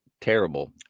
terrible